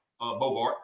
Bobart